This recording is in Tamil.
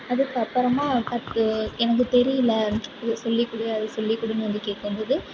அதுக்கப்புறமா அக்கா இது எனக்கு தெரியல இதை சொல்லிக் கொடு அதை சொல்லிக் கொடுன்னு வந்து கேட்கும்போது